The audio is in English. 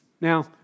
Now